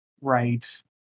right